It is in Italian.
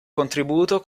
contributo